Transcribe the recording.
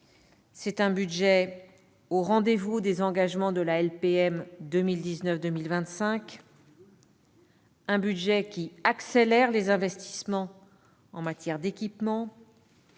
c'est un budget au rendez-vous des engagements de la LPM 2019-2025, un budget qui accélère les investissements en matière d'équipements,